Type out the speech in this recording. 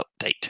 update